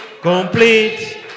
Complete